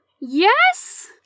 yes